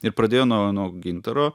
ir pradėjo nuo nuo gintaro